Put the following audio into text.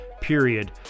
period